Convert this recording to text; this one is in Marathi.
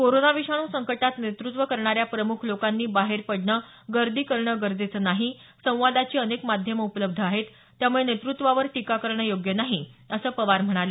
कोरोना विषाणू संकटात नेतृत्व करणार्या प्रम्ख लोकांनी बाहेर पडणं गर्दी करणं गरजेचं नाही संवादाची अनेक माध्यमं उपलब्ध आहेत त्यामुळे नेतृत्वावर टीका करणं योग्य नाही असं पवार म्हणाले